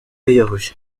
yiyahuye